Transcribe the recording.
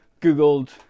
Googled